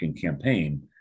campaign